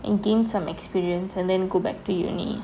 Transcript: and gained some experience and then go back to uni